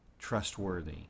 trustworthy